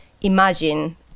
imagine